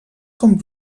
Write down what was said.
com